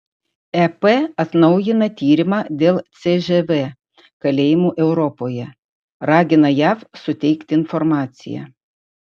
ep atnaujina tyrimą dėl cžv kalėjimų europoje ragina jav suteikti informaciją